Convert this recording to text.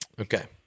Okay